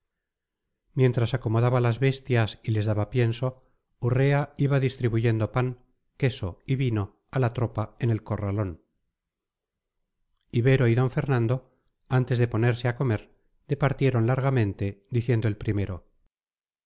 mientras acomodaba las bestias y les daba pienso urrea iba distribuyendo pan queso y vino a la tropa en el corralón ibero y d fernando antes de ponerse a comer departieron largamente diciendo el primero